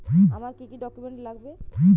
আমার কি কি ডকুমেন্ট লাগবে?